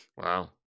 Wow